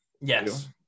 Yes